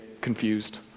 confused